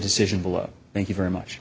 decision below thank you very much